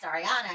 Ariana